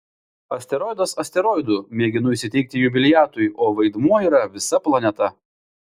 asteroidas asteroidu mėginu įsiteikti jubiliatui o vaidmuo yra visa planeta